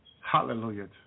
Hallelujah